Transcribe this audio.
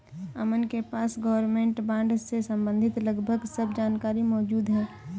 अमन के पास government bond से सम्बंधित लगभग सब जानकारी मौजूद है